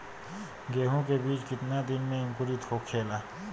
गेहूँ के बिज कितना दिन में अंकुरित होखेला?